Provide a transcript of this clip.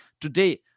Today